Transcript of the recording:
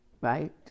right